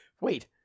wait